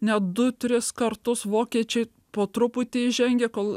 net du tris kartus vokiečiai po truputį žengia kol